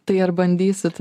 tai ar bandysit